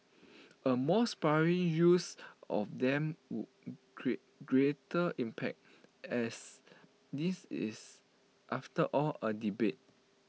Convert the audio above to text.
A more sparing use of them would create greater impact as this is after all A debate